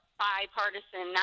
bipartisan